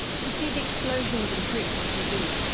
we see the explosions and troops on t v.